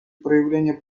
проявления